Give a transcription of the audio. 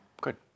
Good